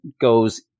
goes